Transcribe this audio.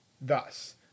thus